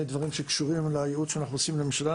דברים שקשורים לייעוץ שאנחנו עושים לממשלה.